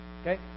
Okay